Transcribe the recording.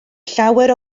llawer